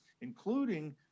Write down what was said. including